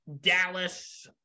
Dallas